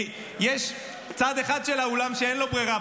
כי יש צד אחד של האולם שאין לו ברירה,